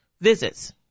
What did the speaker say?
visits